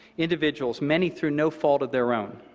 individuals, many through no fault of their own,